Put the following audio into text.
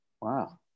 Wow